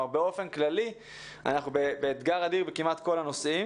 באופן כללי אנחנו באתגר אדיר כמעט בכל הנושאים.